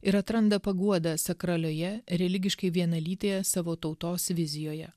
ir atranda paguodą sakralioje religiškai vienalytėje savo tautos vizijoje